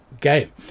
game